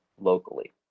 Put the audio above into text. locally